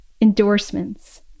endorsements